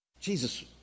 Jesus